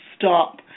stop